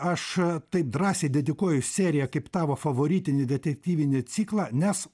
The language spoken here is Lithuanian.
aš taip drąsiai dedikuoju seriją kaip tavo favoritinį detektyvinį ciklą nes